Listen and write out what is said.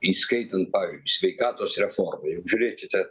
įskaitant pavyzdžiui sveikatos reformą juk žiūrėkite